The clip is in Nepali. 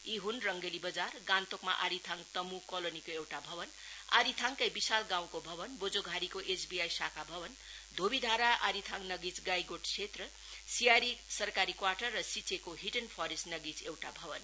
यी हुन् रंगेली बजार गान्तोकमा आरीथाङ तमु कोलोनी को एउटा भवन आरीथाङकै विशाल गाँउको भवन बोजिघारीको एसबिआई शाखा भवन धोवी थारा आरीथाङ नगीच गाईगोठ क्षेत्र सियारी सरकारी क्वाटर र सिंचेको हिडन फरेन्ट नगीच एउटा भवन